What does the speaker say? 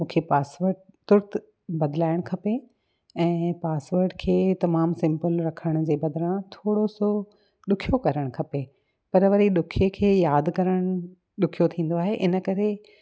मूंखे पासवर्ड तुर्त बदलाइणु खपे ऐं पासवर्ड खे तमामु सिंपल रखण जे बदिरां थोरो सो ॾुखियो करणु खपे पर वरी ॾुखे खे यादि करणु ॾुखियो थींदो आहे इन करे